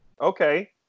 Okay